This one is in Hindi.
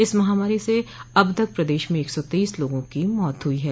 इस महामारी से अब तक प्रदेश में एक सौ तेईस लोगों की मौत हुई है